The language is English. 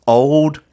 old